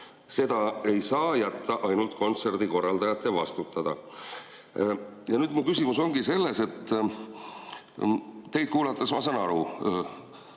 Seda ei saa jätta ainult kontserdikorraldajate vastutada." Mu küsimus ongi nüüd selles, et teid kuulates ma saan